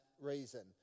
reason